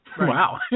Wow